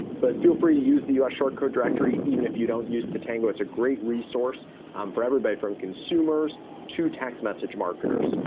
but feel free to use the u s. short code directory even if you don't use tatango. it's a great resource um for everybody from consumers to text message marketers.